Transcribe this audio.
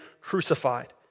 crucified